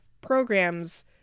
programs